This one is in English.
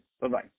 Bye-bye